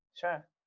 sure